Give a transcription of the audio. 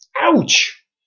Ouch